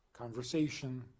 conversation